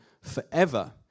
forever